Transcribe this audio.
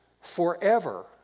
forever